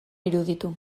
iruditu